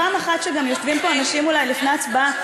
פעם אחת שגם יושבים פה אנשים לפני הצבעה,